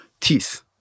teeth